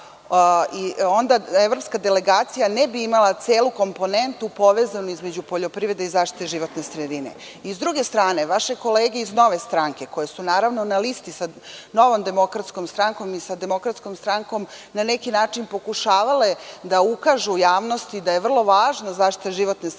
onda evropska delegacija ne bi imala celu komponentu povezanosti između poljoprivrede i zaštite životne sredine.S druge strane, vaše kolege iz Nove stranke, koje su na listi sa Novom demokratskom strankom i sa Demokratskom strankom, na neki način su pokušavali da ukažu javnosti da je vrlo važna zaštita životne sredine,